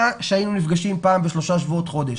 שהיינו נפגשים פעם בשלושה שבועות-חודש.